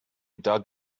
dug